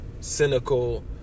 cynical